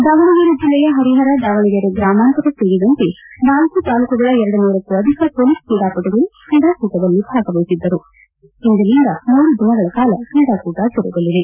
ದಾವಣಗೆರೆ ಜಿಲ್ಲೆಯ ಹರಿಹರ ದಾವಣಗೆರೆ ಗ್ರಾಮಾಂತರ ಸೇರಿದಂತೆ ನಾಲ್ಲು ತಾಲೂಕುಗಳ ಎರಡು ನೂರಕ್ಕೂ ಅಧಿಕ ಪೊಲೀಸ್ ಕ್ರೀಡಾಪಟುಗಳು ಕ್ರೀಡಾಕೂಟದಲ್ಲಿ ಭಾಗವಹಿಸಿದ್ದರು ಇಂದಿನಿಂದ ಮೂರು ದಿನಗಳ ಕಾಲ ಕ್ರೀಡಾಕೂಟ ಜರುಗಲಿದೆ